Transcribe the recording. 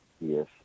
Yes